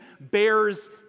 bears